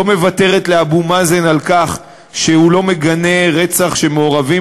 לא לוותר לאבו מאזן על כך שהוא לא מגנה רצח שמעורבים